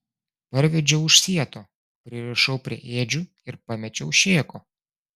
parvedžiau už sieto pririšau prie ėdžių ir pamečiau šėko